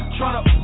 Tryna